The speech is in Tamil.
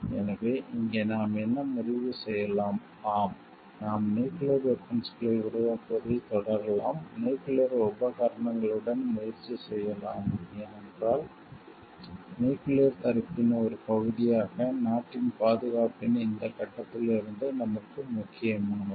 எனவே இங்கே நாம் என்ன முடிவு செய்யலாம் ஆம் நாம் நியூக்கிளியர் வெபன்ஸ்களை உருவாக்குவதைத் தொடரலாம் நியூக்கிளியர் உபகரணங்களுடன் முயற்சி செய்யலாம் ஏனென்றால் நியூக்கிளியர்த் தடுப்பின் ஒரு பகுதியாக நாட்டின் பாதுகாப்பின் இந்த கட்டத்தில் இருந்து நமக்கு முக்கியமானது